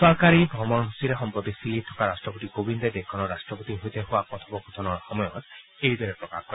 চৰকাৰী ভ্ৰমণসূচীৰে সম্প্ৰতি চিলিত থকা ৰাষ্ট্ৰপতি কোবিন্দে দেশখনৰ ৰাষ্ট্ৰপতিৰ সৈতে হোৱা কথপোকথনৰ সময়ত এইদৰে প্ৰকাশ কৰে